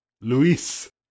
Luis